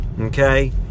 Okay